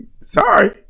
Sorry